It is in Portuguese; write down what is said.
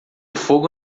fogo